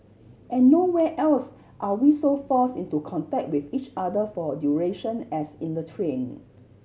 and nowhere else are we so forced into contact with each other for a duration as in the train